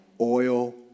oil